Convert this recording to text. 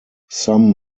some